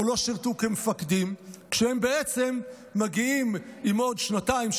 לא שירתו כמפקדים כשהם בעצם מגיעים עם עוד שנתיים,